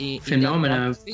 phenomena